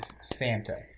Santa